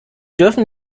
dürfen